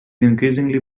increasingly